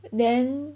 then